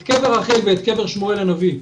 את קבר רחל וקבר שמואל הנביא,